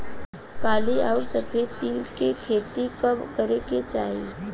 काली अउर सफेद तिल के खेती कब करे के चाही?